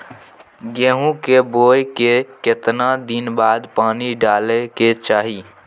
गेहूं के बोय के केतना दिन बाद पानी डालय के चाही?